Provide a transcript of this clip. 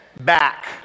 back